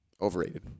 Overrated